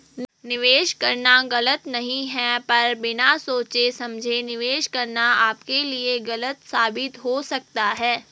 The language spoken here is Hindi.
निवेश करना गलत नहीं है पर बिना सोचे समझे निवेश करना आपके लिए गलत साबित हो सकता है